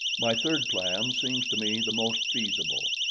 my third plan seems to me the most feasible.